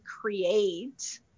create